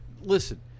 Listen